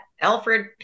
Alfred